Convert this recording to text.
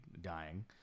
dying